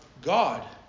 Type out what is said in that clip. God